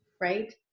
Right